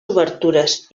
obertures